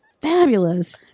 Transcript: fabulous